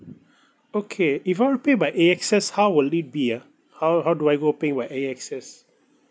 okay if I want to pay by A_X_S how will it be ha how how do I go paying by A_X_S